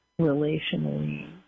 relationally